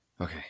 Okay